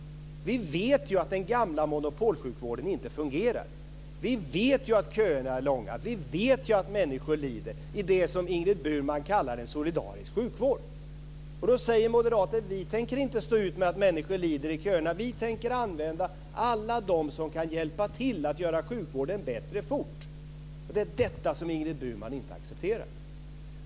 Vi vet ju att den gamla monopolsjukvården inte fungerar. Vi vet ju att köerna är långa. Vi vet ju att människor lider i det som Ingrid Burman kallar en solidarisk sjukvård. Då säger vi moderater att vi inte tänker stå ut med att människor lider i köerna. Vi tänker använda alla dem som kan hjälpa till att göra sjukvården bättre fort. Det är detta som Ingrid Burman inte accepterar.